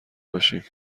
باشیم